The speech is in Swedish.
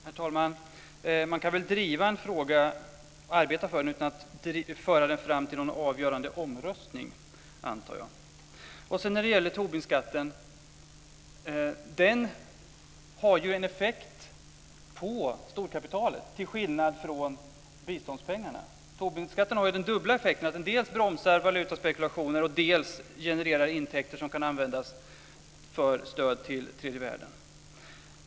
Herr talman! Man kan väl driva en fråga och arbeta för den utan att föra den fram till någon avgörande omröstning, antar jag. Tobinskatten har till skillnad från biståndspengarna en effekt på storkapitalet. Tobinskatten har den dubbla effekten att den dels bromsar valutaspekulationer, dels genererar intäkter som kan användas för stöd till tredje världen.